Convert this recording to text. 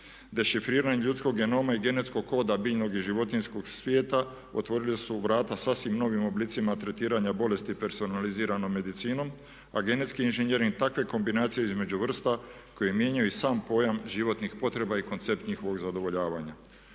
dešifriranje ljudskog genoma i genetskog koda biljnog i životinjskog svijeta otvorile su vrata sasvim novim oblicima tretiranja bolesti personaliziranom medicinom a genetski inženjering takve kombinacije između vrsta koje mijenjaju sam pojam životnih potreba i koncept njihovog zadovoljavanja.